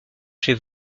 chez